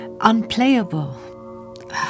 unplayable